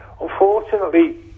unfortunately